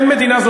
אין מדינה,